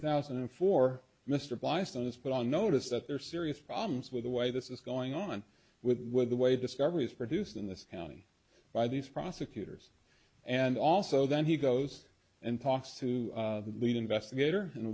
thousand and four mr boston is put on notice that there are serious problems with the way this is going on with with the way discovery is produced in this county by these prosecutors and also then he goes and talks to the lead investigator and